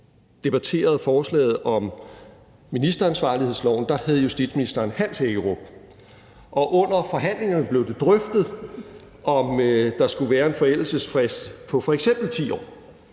debatterede forslaget om ministeransvarlighedsloven, hed justitsministeren Hans Hækkerup, og under forhandlingerne blev det drøftet, om der skulle være en forældelsesfrist på f.eks. 10 år,